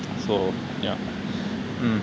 so ya